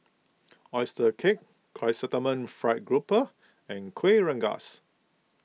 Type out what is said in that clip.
Oyster Cake Chrysanthemum Fried Grouper and Kueh Rengas